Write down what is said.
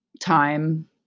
time